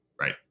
right